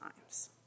times